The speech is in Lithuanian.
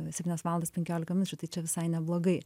septynias valandas penkiolika minučių tai čia visai neblogai